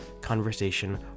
conversation